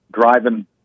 driving